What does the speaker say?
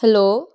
hello